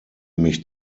mich